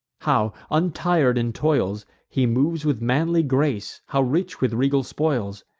how, untir'd in toils, he moves with manly grace, how rich with regal spoils!